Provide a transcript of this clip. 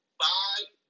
five